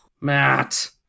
Matt